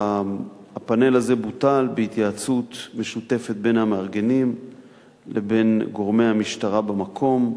הפאנל הזה בוטל בהתייעצות משותפת בין המארגנים לבין גורמי המשטרה במקום.